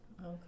Okay